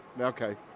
Okay